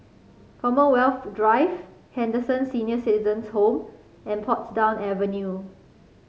Commonwealth Drive Henderson Senior Citizens' Home and Portsdown Avenue